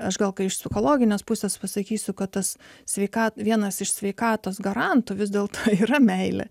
aš gal kai iš psichologinės pusės pasakysiu kad tas sveika vienas iš sveikatos garantu vis dėlto yra meilė